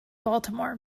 baltimore